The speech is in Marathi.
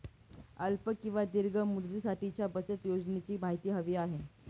अल्प किंवा दीर्घ मुदतीसाठीच्या बचत योजनेची माहिती हवी आहे